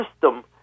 system